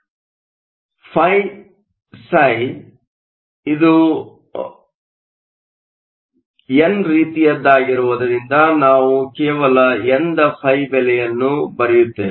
ಆದ್ದರಿಂದ φSi ಇದು ಎನ್ ರೀತಿಯದ್ದಾಗಿರುವುದರಿಂದ ನಾನು ಕೇವಲ ಎನ್ನ ಫೈ ಬೆಲೆಯನ್ನು ಬರೆಯುತ್ತೇನೆ